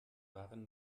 waren